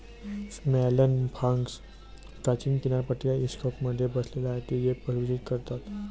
salmon farms प्राचीन किनारपट्टीच्या इकोसिस्टममध्ये बसले आहेत जे ते प्रदूषित करतात